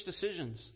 decisions